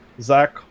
Zach